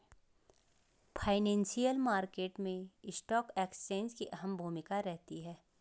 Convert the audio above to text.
financial market मैं stock exchange की अहम भूमिका रहती है